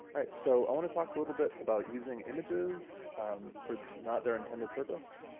right, so i want to talk a little bit about using images for not their intended purpose.